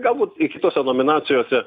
galbūt kitose nominacijose